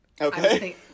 Okay